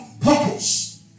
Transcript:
purpose